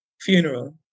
funeral